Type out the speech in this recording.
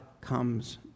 comes